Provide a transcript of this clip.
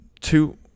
two